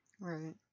Right